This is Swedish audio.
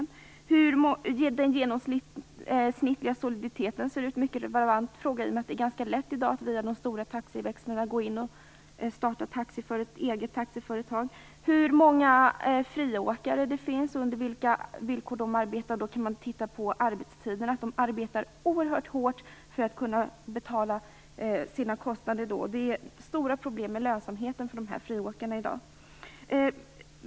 Det säger inte något om hur den genomsnittliga soliditeten ser ut, en mycket relevant fråga i dag eftersom det är mycket lätt att via de stora taxiväxlarna gå in och starta ett eget taxiföretag. Det säger heller inte något om hur många friåkare det finns och under vilka villkor de arbetar. I det fallet kan man titta på arbetstiderna. Då ser man att de arbetar oerhört hårt för att kunna betala sina kostnader. Det är i dag stora problem med lönsamheten för friåkarna.